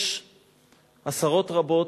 יש עשרות רבות,